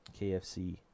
KFC